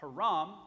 Haram